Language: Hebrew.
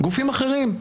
גופים אחרים.